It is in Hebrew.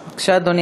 בבקשה, אדוני.